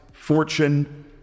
fortune